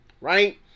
right